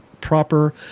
proper